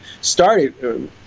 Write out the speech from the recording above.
started